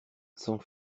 sans